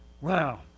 Wow